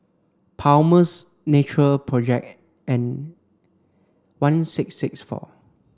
Palmer's Natural project and one six six four